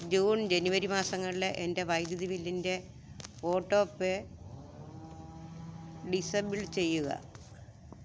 June ജനുവരി മാസങ്ങളിലെ എന്റെ വൈദ്യുതി ബില്ലിന്റെ ഓട്ടോ പേ ഡിസബിൾ ചെയ്യുക